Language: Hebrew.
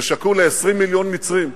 זה שקול ל-20 מיליון מצרים.